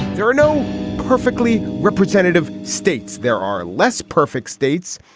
there are no perfectly representative states there are less perfect states.